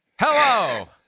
Hello